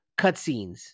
cutscenes